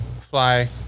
Fly